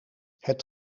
het